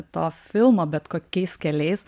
to filmo bet kokiais keliais